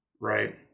Right